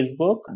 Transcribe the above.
facebook